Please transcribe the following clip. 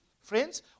friends